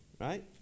right